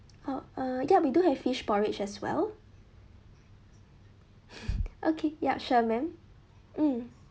oh uh ya we do have fish porridge as well okay yup sure madam mm